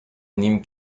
نیم